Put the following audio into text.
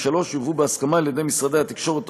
2 ו-3 יובאו בהסכמה על-ידי משרד התקשורת